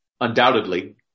undoubtedly